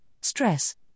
stress